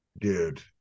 dude